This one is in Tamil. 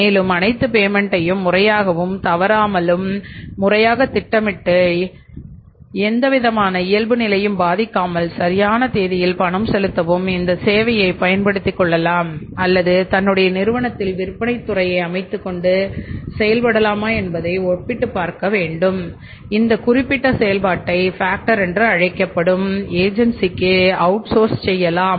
மேலும் அனைத்து பேமெண்ட்டையும் செய்யலாம்